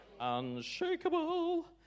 Unshakable